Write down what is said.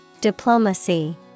Diplomacy